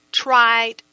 tried